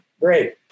Great